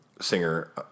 singer